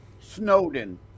Snowden